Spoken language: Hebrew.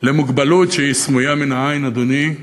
למוגבלות שהיא סמויה מן העין, אדוני,